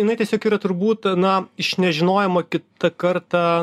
jinai tiesiog yra turbūt na iš nežinojimo kitą kartą